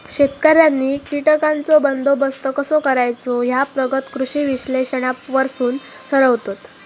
शेतकऱ्यांनी कीटकांचो बंदोबस्त कसो करायचो ह्या प्रगत कृषी विश्लेषणावरसून ठरवतत